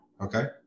okay